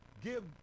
give